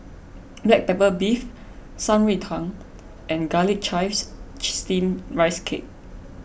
Black Pepper Beef Shan Rui Tang and Garlic Chives Steamed Rice Cake